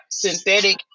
synthetic